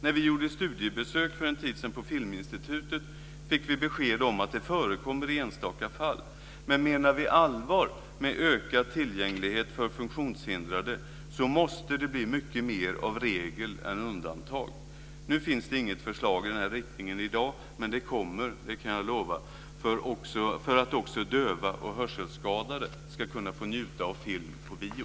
När vi för en tid sedan gjorde studiebesök på Filminstitutet fick vi besked om att det förekommer i enstaka fall. Men menar vi allvar med ökad tillgänglighet för funktionshindrade måste det bli mycket mer av regel än undantag. Det finns inget förslag i den här riktningen i dag. Men det kommer, det kan jag lova, för att också döva och hörselskadade ska kunna få njuta av film på bio.